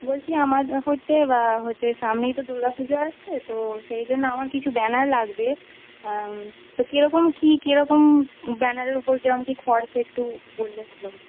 বলছি আমার হচ্ছে হচ্ছে সামনেই তো দুর্গা পুজো আসছে তো সেই জন্য আমার কিছু ব্যানার লাগবে তো কিরকম কী কিরকম ব্যানারের উপর কেরকম কী খরচা এটটু বললে ভালো হতো